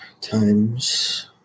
times